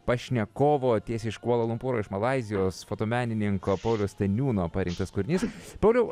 pašnekovo tiesiai iš kvala lumpūro iš malaizijos fotomenininko pauliaus staniūno parinktas kūrinys pauliau